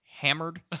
hammered